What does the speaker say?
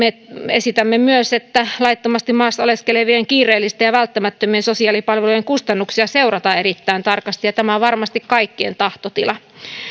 esitämme myös että laittomasti maassa oleskelevien kiireellisten ja välttämättömien sosiaalipalvelujen kustannuksia seurataan erittäin tarkasti ja tämä on varmasti kaikkien tahtotila